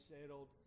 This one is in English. settled